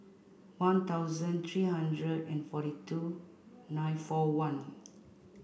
one thousand three hundred and forty two nine four one